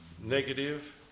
negative